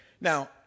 Now